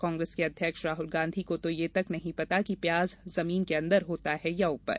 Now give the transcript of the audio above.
कांग्रेस के अध्यक्ष राहुल गांधी को तो यह तंक नहीं पता कि प्याज जमीन के अंदर होता है या ऊपर